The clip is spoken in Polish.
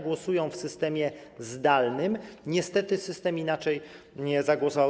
Głosują w systemie zdalnym, niestety system inaczej zagłosował.